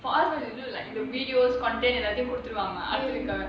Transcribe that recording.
for us what we do is like the videos content எல்லாத்தையும் கொடுத்துடுவாங்க:ellathaiyum koduthuduvaanga